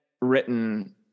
written